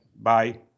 bye